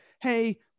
Hey